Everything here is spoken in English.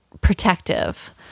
protective